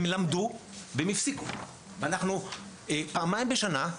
הם למדו והם הפסיקו ואנחנו פעמיים בשנה,